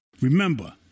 Remember